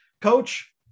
Coach